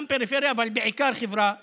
גם הפריפריה, אבל בעיקר החברה הערבית,